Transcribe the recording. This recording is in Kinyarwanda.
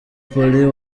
paulin